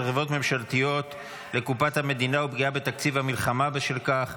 חברות ממשלתיות לקופת המדינה ופגיעה בתקציב המלחמה בשל כך.